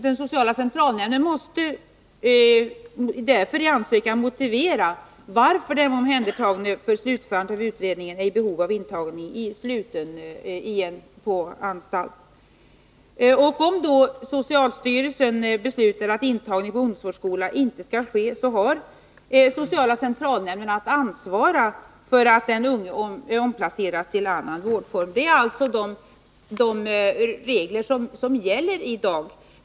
Den sociala centralnämnden måste därför i ansökan motivera att den omhändertagne för slutförandet av utredningen är i behov av intagning i sluten anstaltsavdelning. Om socialstyrelsen då beslutar att intagning på ungdomsvårdsskola inte skall ske, har sociala centralnämnden att ansvara för att den unge omplaceras till annan vårdform. Detta är alltså de regler som gäller i dag.